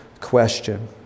question